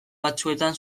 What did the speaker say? batzuetan